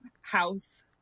house